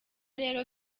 rero